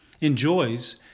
enjoys